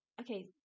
okay